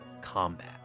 combat